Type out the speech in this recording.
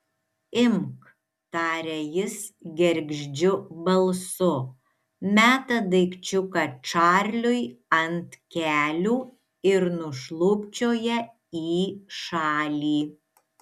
imk taria jis gergždžiu balsu meta daikčiuką čarliui ant kelių ir nušlubčioja į šalį